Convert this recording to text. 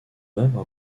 œuvre